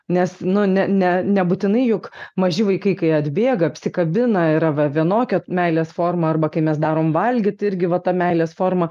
nes nu ne ne nebūtinai juk maži vaikai kai atbėga apsikabina yra vienokia meilės forma arba kai mes darom valgyt tai irgi va ta meilės forma